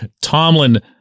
Tomlin